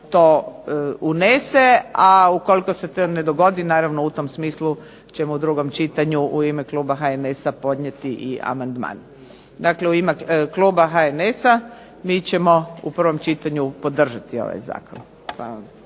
to unese. A ukoliko se to ne dogodi naravno u tom smislu ćemo u drugom čitanju u ime kluba HNS-a podnijeti i amandman. Dakle u ime kluba HNS-a mi ćemo u prvom čitanju podržati ovaj zakon.